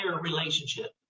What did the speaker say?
relationship